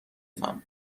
تان